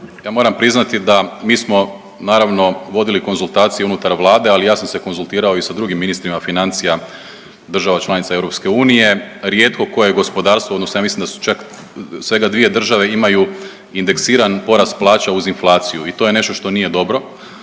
Ja moram priznati da mi smo naravno vodili konzultacije unutar Vlade ali ja sam se konzultirao i sa drugim ministrima financija država članica EU. Rijetko koje gospodarstvo, odnosno ja mislim da su čak svega dvije države imaju indeksiran porast plaća uz inflaciju i to je nešto što nije dobro.